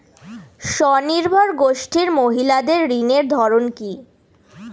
স্বনির্ভর গোষ্ঠীর মহিলাদের ঋণের ধরন কি?